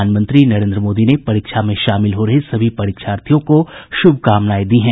प्रधानमंत्री नरेंद्र मोदी ने परीक्षा में शामिल हो रहे सभी परीक्षार्थियों को श्भकामनाएं दी हैं